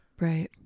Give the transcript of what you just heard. Right